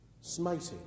smiting